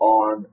on